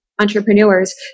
entrepreneurs